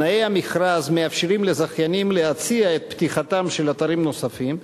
תנאי המכרז מאפשרים לזכיינים להציע את פתיחתם של אתרים נוספים,